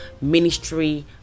ministry